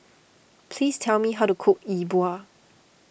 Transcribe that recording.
please tell me how to cook Yi Bua